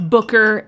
Booker